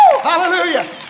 Hallelujah